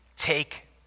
take